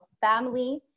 family